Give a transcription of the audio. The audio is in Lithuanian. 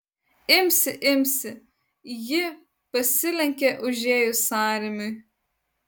imsi imsi ji pasilenkė užėjus sąrėmiui